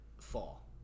fall